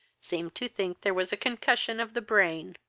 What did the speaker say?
seemed to think there was a concussion of the brain.